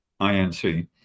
Inc